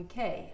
UK